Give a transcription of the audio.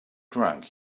drunk